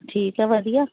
ਠੀਕ ਐ ਵਧੀਆ